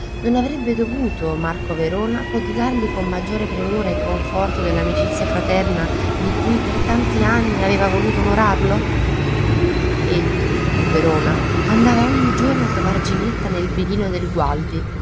non avrebbe dovuto marco verona prodigargli con maggior premura il conforto dell'amicizia fraterna di cui per tanti anni aveva voluto onorario egli il verona andava ogni giorno a trovar ginetta nel villino del gualdi